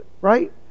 right